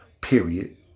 Period